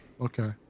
Okay